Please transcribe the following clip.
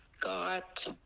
got